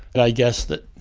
and i guessed it